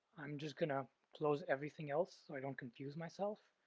i'm just going to close everything else so i don't confuse myself,